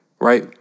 Right